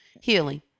healing